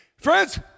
Friends